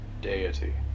deity